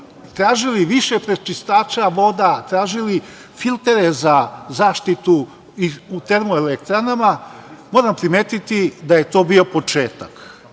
tražili više prečistača voda, tražili filtere za zaštitu u termo-elektranama. Moram primetiti da je to bio početak. Pre